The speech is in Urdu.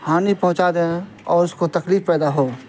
ہانی پہنچا دیں اور اس کو تکلیف پیدا ہو